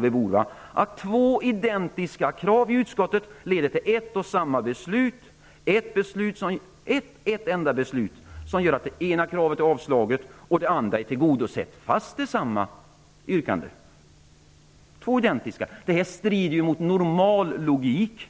Är det inte fantastiskt att två identiska krav i utskottet leder till ett enda beslut som gör att det ena kravet avstyrks och det andra tillgodoses? Det här strider mot normal logik